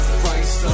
price